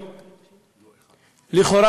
לכאורה,